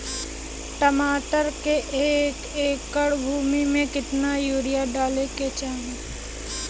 टमाटर के एक एकड़ भूमि मे कितना यूरिया डाले के चाही?